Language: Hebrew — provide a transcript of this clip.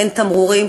אין תמרורים,